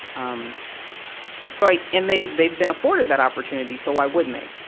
um so i and they, they've been afforded that opportunity, so why wouldn't they?